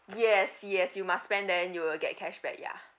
yes yes you must spend then you will get cashback yeah